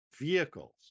vehicles